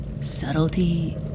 Subtlety